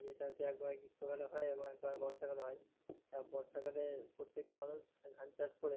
যেটা হচ্ছে একবার গ্রীষ্মকালে হয় একবার বর্ষাকালে হয় তা বর্ষাকালে প্রত্যেকটা মানুষ ধান চাষ করে